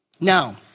Now